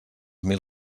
mil